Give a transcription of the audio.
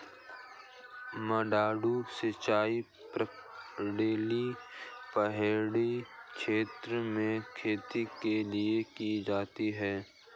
मडडू सिंचाई प्रणाली पहाड़ी क्षेत्र में खेती के लिए की जाती है